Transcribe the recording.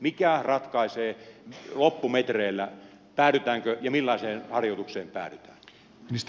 mikä ratkaisee loppumetreillä päädytäänkö ja millaiseen harjoitukseen päädytään